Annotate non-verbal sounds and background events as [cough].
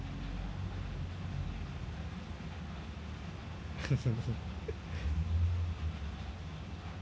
[laughs]